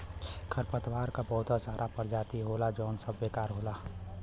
खरपतवार क बहुत सारा परजाती होला जौन सब बेकार होला